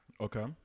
Okay